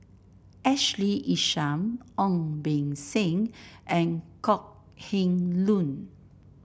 Ashley Isham Ong Beng Seng and Kok Heng Leun